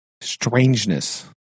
strangeness